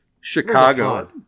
Chicago